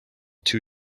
two